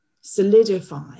solidify